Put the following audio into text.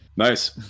Nice